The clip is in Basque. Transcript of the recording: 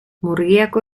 murgiako